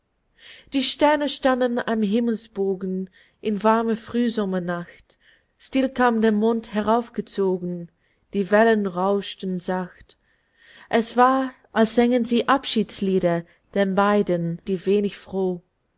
die sterne standen am himmelsbogen in warmer frühsommernacht still kam der mond heraufgezogen die wellen rauschten sacht es war als sängen sie abschiedslieder den beiden die wenig froh